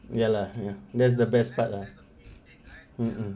ya lah that's the best part lah mm mm